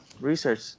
research